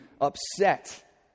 upset